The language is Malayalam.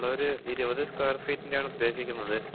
ഒരു ഇരുപത് സ്ക്യുയർ ഫീറ്റിൻ്റെയാണ് ഉദ്ദേശിക്കുന്നത്